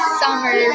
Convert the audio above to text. summer